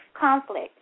conflict